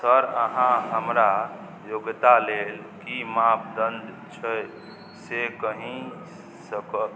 sir अहाँ हमरा योग्यता लेल कि मापदण्ड छै से कहि सकै